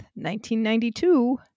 1992